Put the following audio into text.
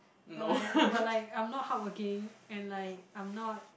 but like but like I'm not hardworking and like I'm not